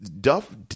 Duff